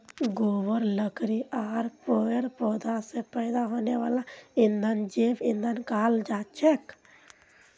गोबर लकड़ी आर पेड़ पौधा स पैदा हने वाला ईंधनक जैव ईंधन कहाल जाछेक